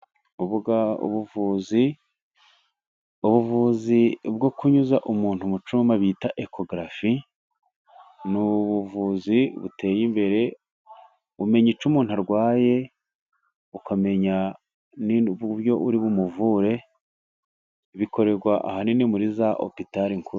Ubuvuzi: ubuvuzi bwo kunyuza umuntu mucuma bita ecogarafi ni ubuvuzi buteye imbere, umenya icyo umuntu arwaye ukamenya uburyo uri bumuvure, bikorerwa ahanini muri za hopitali nkuru.